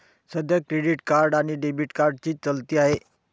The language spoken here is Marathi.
सध्या क्रेडिट कार्ड आणि डेबिट कार्डची चलती आहे